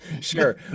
Sure